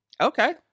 Okay